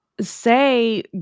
say